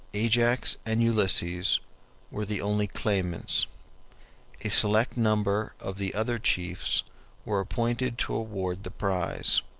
ajax and ulysses were the only claimants a select number of the other chiefs were appointed to award the prize.